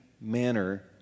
manner